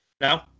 No